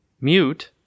mute